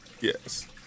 Yes